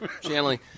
Channeling